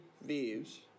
Views